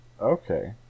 Okay